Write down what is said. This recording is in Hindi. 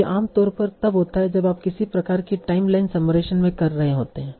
तो यह आम तौर पर तब होता है जब आप किसी प्रकार की टाइम लाइन समराइजेशन में कर रहे होते हैं